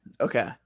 okay